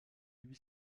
lui